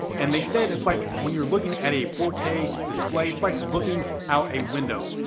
and they say it's like when you're looking at a four k display, it's like looking out a window.